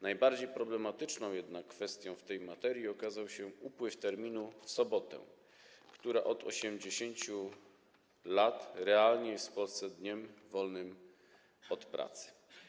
Najbardziej problematyczną kwestią w tej materii okazał się upływ terminu w sobotę, która od lat 80. realnie jest w Polsce dniem wolnym od pracy.